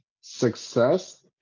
success